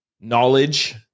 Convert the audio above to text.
knowledge